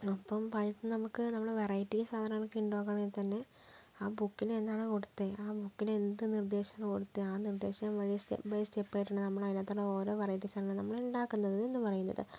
അപ്പം പാചകത്തിന് നമുക്ക് നമ്മള് വെറൈറ്റി സാധനങ്ങളൊക്കെ ഉണ്ടാക്കണമെങ്കിൽ തന്നെ ആ ബുക്കില് എന്താണോ കൊടുത്തേ ആ ബുക്കില് എന്ത് നിർദ്ദേശമാണ് കൊടുത്തത് ആ നിർദ്ദേശം വഴി സ്റ്റെപ്പ് ബൈ സ്റ്റെപ്പായിട്ട് തന്നെ നമ്മളതിനകത്തുള്ള ഓരോ വെറൈറ്റി സാധനങ്ങള് നമ്മള് ഉണ്ടാക്കുന്നത് എന്ന് പറയുന്നത്